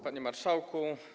Panie Marszałku!